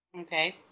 Okay